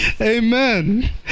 amen